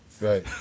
right